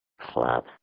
Club